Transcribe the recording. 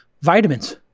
vitamins